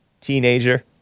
teenager